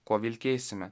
kuo vilkėsime